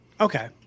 Okay